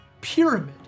pyramid